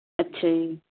ਅੱਛਾ ਜੀ